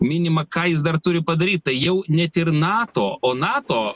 minima ką jis dar turi padaryt tai jau net ir nato o nato